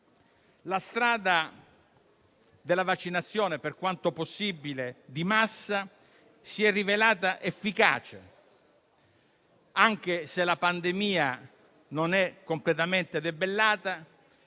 La strada della vaccinazione - per quanto possibile, di massa - si è rivelata efficace: anche se la pandemia non è completamente debellata,